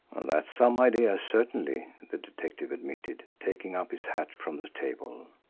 that's some idea, certainly, the detective admitted, taking up his hat from the table.